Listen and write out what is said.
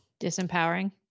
disempowering